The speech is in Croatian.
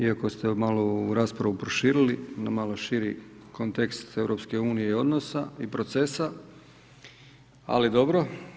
Iako ste malo ovu raspravu proširili na malo širi kontekst EU i odnosa i procesa, ali dobro.